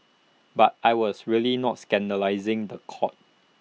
but I was really not scandalising The Court